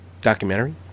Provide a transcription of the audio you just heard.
Documentary